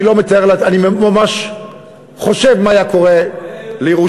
אני ממש חושב מה היה קורה לירושלים.